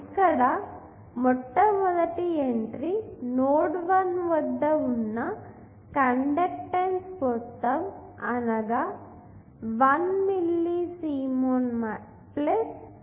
ఇక్కడ మొట్టమొదటి entry node 1 వద్ద ఉన్న కండెక్టన్స్ మొత్తం అనగా 1 మిల్లీ సీమెన్ 0